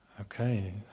Okay